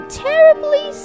terribly